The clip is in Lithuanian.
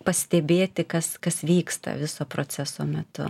pastebėti kas kas vyksta viso proceso metu